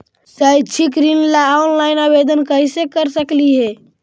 शैक्षिक ऋण ला ऑनलाइन आवेदन कैसे कर सकली हे?